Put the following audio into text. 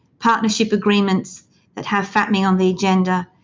partnership agreements that have fapmi on the agenda,